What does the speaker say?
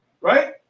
right